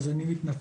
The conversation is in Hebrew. אז אני מתנצל.